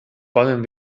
poden